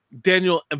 Daniel